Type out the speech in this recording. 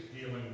dealing